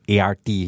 ART